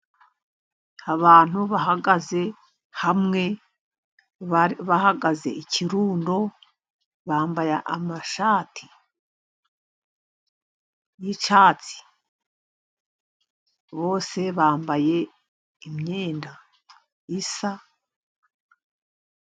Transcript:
Abantu bahagaze hamwe, bahagaze ikirundo bambaye amashati y'icyatsi, bose bambaye imyenda isa.